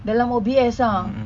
dalam O_B_S lah